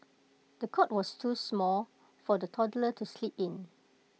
the cot was too small for the toddler to sleep in